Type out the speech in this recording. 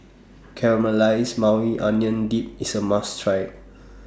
Caramelized Maui Onion Dip IS A must Try